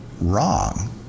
wrong